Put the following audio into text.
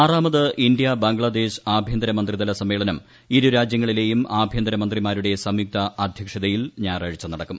ആറാമത് ഇന്ത്യ ബംഗ്ലാദേശ് ആഭ്യന്തരമന്ത്രിതല സമ്മേളനം ഇരു രാജൃങ്ങളിലേയും ആഭ്യന്തക മീന്ത്രിമാരുടെ സംയുക്ത അധ്യക്ഷതയിൽ ഞായറാഴ്ച നടക്കും